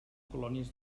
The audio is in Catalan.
colònies